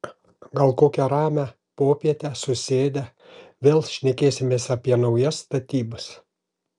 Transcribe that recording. gal kokią ramią popietę susėdę vėl šnekėsimės apie naujas statybas